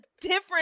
different